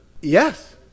Yes